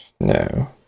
no